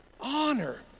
Honor